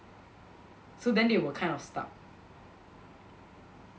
so then they were kind of stuck